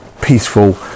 peaceful